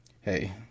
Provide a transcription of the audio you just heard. Hey